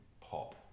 pop